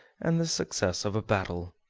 and the success of a battle.